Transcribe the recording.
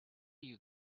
you